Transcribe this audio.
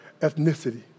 ethnicity